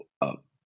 up